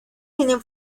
tienen